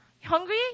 Hungry